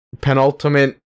Penultimate